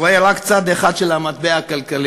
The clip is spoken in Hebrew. רואה רק צד אחד של המטבע הכלכלי,